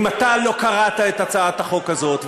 אם אתה לא קראת את הצעת החוק הזאת,